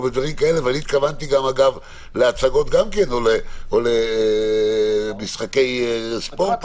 ואני התכוונתי אגב להצגות גם כן או למשחקי ספורט,